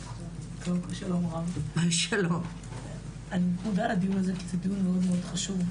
קודם כול, אני חושבת שהדיון הזה מאוד חשוב,